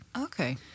Okay